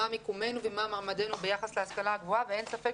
מה מיקומנו ומה מעמדנו ביחס להשכלה הגבוהה ואין ספק